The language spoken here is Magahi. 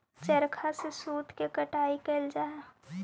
चरखा से सूत के कटाई कैइल जा हलई